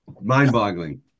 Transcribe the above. mind-boggling